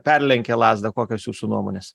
perlenkė lazdą kokios jūsų nuomonės